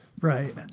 Right